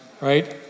Right